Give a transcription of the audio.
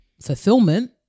fulfillment